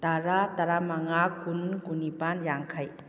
ꯇꯔꯥ ꯇꯔꯥꯃꯉꯥ ꯀꯨꯟ ꯀꯨꯟꯅꯤꯄꯥꯜ ꯌꯥꯡꯈꯩ